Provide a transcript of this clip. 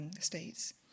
states